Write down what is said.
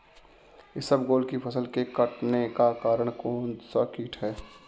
इसबगोल की फसल के कटने का कारण कौनसा कीट है?